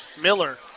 Miller